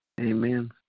Amen